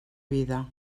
vida